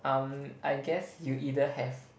um I guess you either have